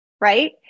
right